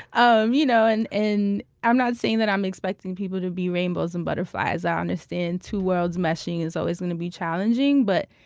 um you know and and i'm not saying that i'm expecting people to be rainbows and butterflies. i understand two worlds meshing is always going to be challenging. but,